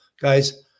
Guys